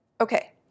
Okay